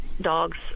dogs